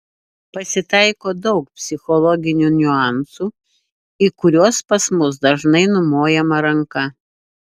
pasitaiko daug psichologinių niuansų į kuriuos pas mus dažnai numojama ranka